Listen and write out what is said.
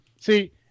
See